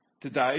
Today